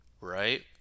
right